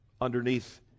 underneath